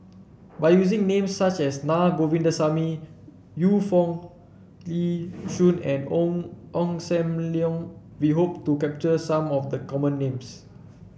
by using names such as Naa Govindasamy Yu Foo Yee Shoon and Ong Ong Sam Leong we hope to capture some of the common names